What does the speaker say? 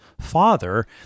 Father